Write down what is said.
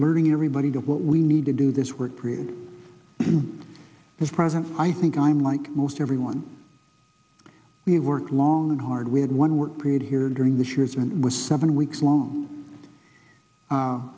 learning everybody to what we need to do this work created and as president i think i'm like most everyone we worked long and hard we had one work period here during the scherzer and was seven weeks long